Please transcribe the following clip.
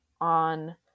on